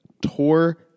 tore